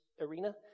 arena